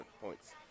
points